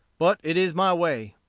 but it is my way.